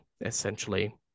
essentially